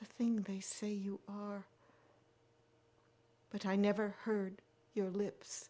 the thing they say you are but i never heard your lips